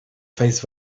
face